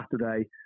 Saturday